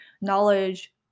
knowledge